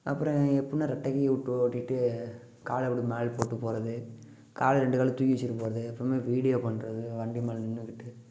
அப்புறம் எப்புன்னா ரெட்டை கையை விட்டு ஓட்டிகிட்டு காலை அப்படி மேலே போட்டு போகறது காலு ரெண்டு காலையும் தூக்கி வச்சிக்கிட்டு போகறது அப்புறமே வீடியோ பண்ணுறது வண்டி மேலே நின்றுக்கிட்டு